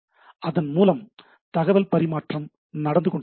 அதன்மூலம் தகவல் பரிமாற்றம் நடந்து கொண்டிருக்கிறது